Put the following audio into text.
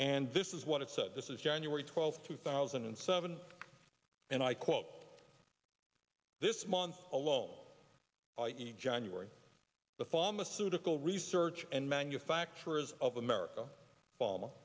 and this is what it said this is january twelfth two thousand and seven and i quote this month alone january the pharmaceutical research and manufacturers of america